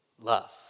love